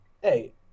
hey